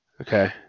Okay